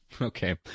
Okay